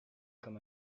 comme